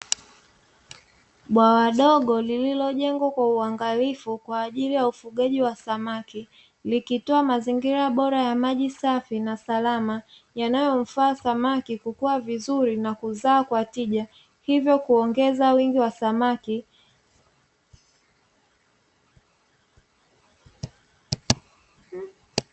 Bwawa dogo lililojengwa kwa uangalifu kwa ajili ya ufugaji wa samaki likitoa mazingira bora ya maji safi na salama, yanayomfaa samaki kukuwa vizuri na kuzaa kwa tija hivyo kuongeza wingi wa samaki.